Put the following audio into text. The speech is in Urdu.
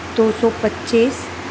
دو سو پچیس